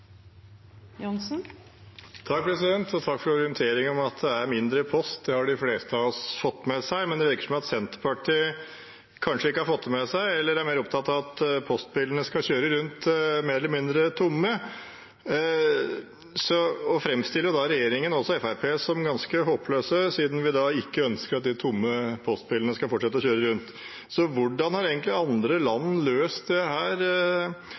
replikkordskifte. Takk for orienteringen om at det er mindre post. Det har de fleste av oss fått med seg, men det virker som om Senterpartiet kanskje ikke har fått det med seg eller er mer opptatt av at postbilene skal kjøre rundt mer eller mindre tomme. De framstiller regjeringen og også Fremskrittspartiet som ganske håpløse siden vi ikke ønsker at de tomme postbilene skal fortsette å kjøre rundt. Hvordan har egentlig andre land løst dette? Og hva vil ministeren se for seg at det